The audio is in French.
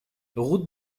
route